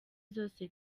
zose